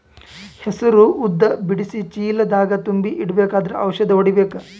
ಹೆಸರು ಉದ್ದ ಬಿಡಿಸಿ ಚೀಲ ದಾಗ್ ತುಂಬಿ ಇಡ್ಬೇಕಾದ್ರ ಔಷದ ಹೊಡಿಬೇಕ?